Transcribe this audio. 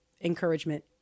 encouragement